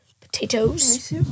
potatoes